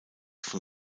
von